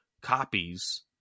copies